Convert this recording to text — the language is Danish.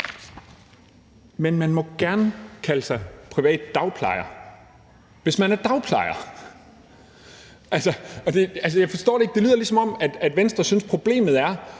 Men man må gerne kalde sig privat dagplejer, hvis man er dagplejer. Altså, jeg forstår det ikke, for det lyder, som om Venstre synes, problemet er,